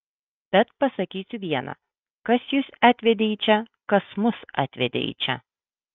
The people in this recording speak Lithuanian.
bet pasakysiu viena kas jus atvedė į čia kas mus atvedė į čia